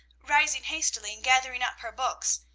rising hastily, and gathering up her books.